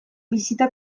bisita